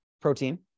protein